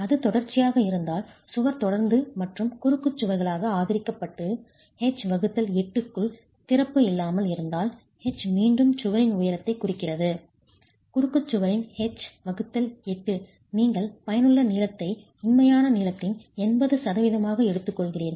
அது தொடர்ச்சியாக இருந்தால் சுவர் தொடர்ந்து மற்றும் குறுக்கு சுவர்களால் ஆதரிக்கப்பட்டு H8 க்குள் திறப்பு இல்லாமல் இருந்தால் H மீண்டும் சுவரின் உயரத்தைக் குறிக்கிறது குறுக்குச் சுவரின் எச்8 நீங்கள் பயனுள்ள நீளத்தை உண்மையான நீளத்தின் 80 சதவீதமாக எடுத்துக்கொள்கிறீர்கள்